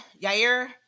Yair